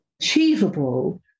achievable